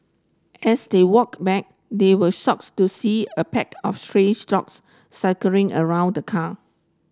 as they walked back they were shocks to see a pack of stray dogs circling around the car